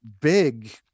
big